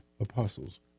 apostles